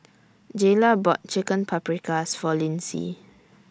Jayla bought Chicken Paprikas For Lyndsey